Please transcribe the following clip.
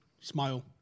Smile